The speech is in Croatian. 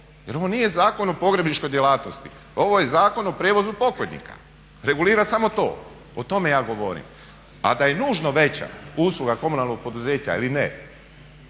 jer ovo nije Zakon o pogrebničkoj djelatnosti, ovo je Zakon o prijevozu pokojnika. Regulira samo to, o tome ja govorim. A da je nužno veća usluga komunalnog poduzeća ili ne,